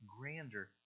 grander